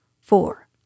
Four